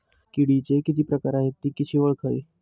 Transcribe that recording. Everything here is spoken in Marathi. किडीचे किती प्रकार आहेत? ति कशी ओळखावी?